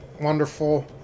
wonderful